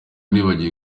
nibagiwe